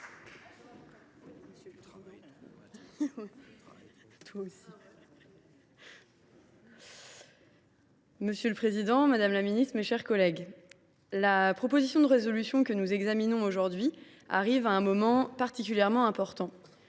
Monsieur le président, madame la ministre, mes chers collègues, la proposition de résolution que nous examinons aujourd’hui arrive à un moment particulièrement important.